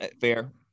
fair